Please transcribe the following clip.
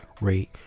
rate